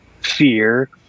fear